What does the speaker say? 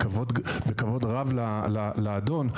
אני אומר את זה בכבוד רב לאדון,